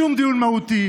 שום דיון מהותי,